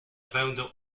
będę